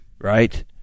Right